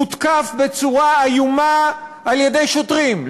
מותקף בצורה איומה בידי שוטרים,